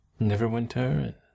Neverwinter